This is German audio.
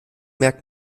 merkt